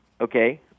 okay